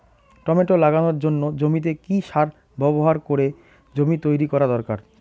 Tomato লাগানোর জন্য জমিতে কি সার ব্যবহার করে জমি তৈরি করা দরকার?